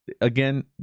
Again